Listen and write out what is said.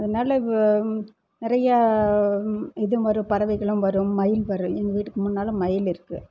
அதனால் நிறைய இதுவும் வரும் பறவைகளும் வரும் மயில் வரும் எங்கள் வீட்டுக்கு முன்னால் மயில் இருக்கு